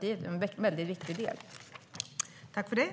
Det har varit en viktig del för Vänsterpartiet.